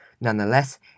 Nonetheless